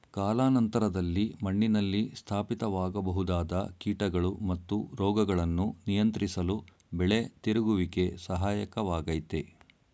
ಕಾಲಾನಂತರದಲ್ಲಿ ಮಣ್ಣಿನಲ್ಲಿ ಸ್ಥಾಪಿತವಾಗಬಹುದಾದ ಕೀಟಗಳು ಮತ್ತು ರೋಗಗಳನ್ನು ನಿಯಂತ್ರಿಸಲು ಬೆಳೆ ತಿರುಗುವಿಕೆ ಸಹಾಯಕ ವಾಗಯ್ತೆ